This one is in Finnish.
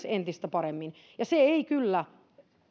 entistä paremmin ja se ei kyllä